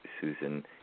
Susan